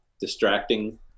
distracting